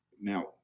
Now